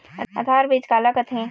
आधार बीज का ला कथें?